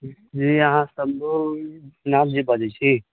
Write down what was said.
जी अहाँ शम्भु नाथजी बजैत छी